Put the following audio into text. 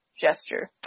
gesture